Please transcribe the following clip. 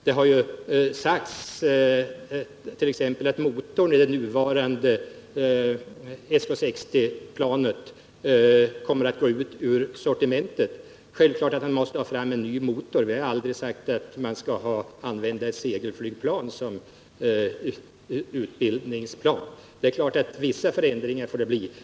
Det har sagts att t.ex. motorn i det nuvarande SK 60-planet kommer att utgå ur sortimentet. Det är självklart att vi måste ha fram en ny motor. Vi har aldrig sagt att segelflygplan skall användas som utbildningsplan. Förvisso måste vissa förändringar komma till stånd.